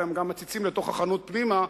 אלא הם גם מציצים לתוך החנות פנימה,